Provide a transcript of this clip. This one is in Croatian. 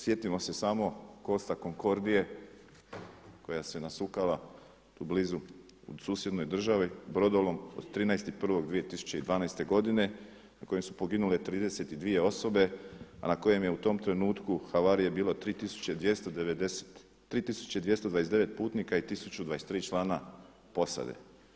Sjetimo se samo Costa Concordie koja se nasukala tu blizu u susjednoj državi, brodolom od 13.1.2012. godine na kojem su poginule 32 osobe, a na kojem je u tom trenutku havarije bilo 3229 putnika i 1023 člana posade.